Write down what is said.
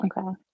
okay